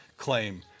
claim